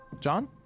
John